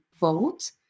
vote